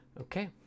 Okay